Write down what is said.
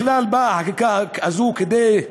החקיקה הזאת לא באה